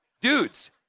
Dudes